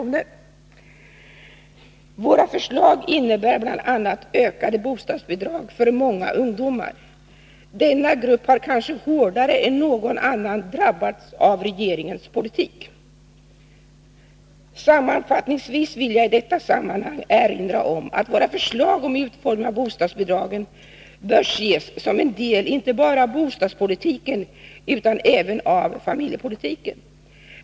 Våra förslag innebär bl.a. ökade bostadsbidrag för många ungdomar. Denna grupp har kanske hårdare än någon annan drabbats av regeringens politik. Sammanfattningsvis vill jag i detta sammanhang erinra om att våra förslag om utformningen av bostadsbidragen bör ses som en del inte bara av bostadspolitiken utan även av familjepolitiken.